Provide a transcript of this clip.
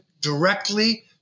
directly